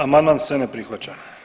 Amandman se ne prihvaća.